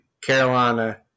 Carolina